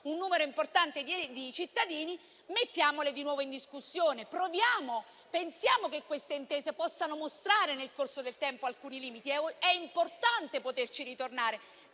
un numero importante di cittadini, tali intese possano essere messe di nuovo in discussione. Noi pensiamo che queste intese possano mostrare nel corso del tempo alcuni limiti; è importante poterci ritornare